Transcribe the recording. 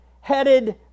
headed